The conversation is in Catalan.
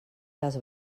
les